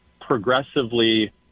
progressively